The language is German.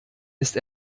ist